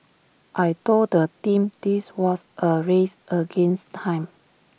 I Told the team this was A race against time